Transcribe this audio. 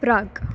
प्राग्